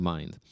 Mind